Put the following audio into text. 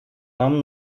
нам